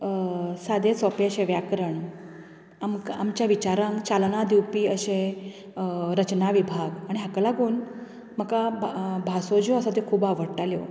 सादें सोपें अशें व्याकरण आमकां आमच्या विचारांक चालना दिवपी अशें रचना विभाग आनी हाका लागून म्हाका भासो ज्यो आसा त्यो खूब आवडटाल्यो